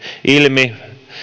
ilmi